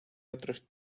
otros